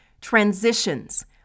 transitions